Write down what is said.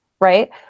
right